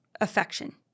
affection